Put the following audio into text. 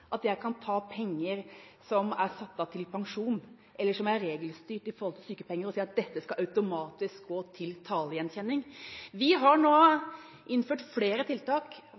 at jeg kan ta penger som er satt av til pensjon, eller som er regelstyrt til sykepenger, og si at dette skal automatisk gå til talegjenkjenning. Vi har nå innført flere tiltak